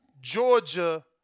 Georgia